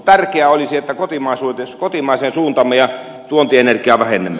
tärkeää olisi että kotimaiseen suuntaamme ja tuontienergiaa vähennämme